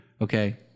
Okay